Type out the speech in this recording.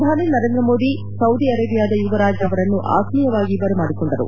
ಪ್ರಧಾನಿ ನರೇಂದ್ರ ಮೋದಿ ಅವರು ಸೌದಿ ಅರೇಬಿಯಾದ ಯುವ ರಾಜ ಅವರನ್ನು ಆತ್ನೀಯವಾಗಿ ಬರ ಮಾಡಿಕೊಂಡರು